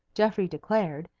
geoffrey declared,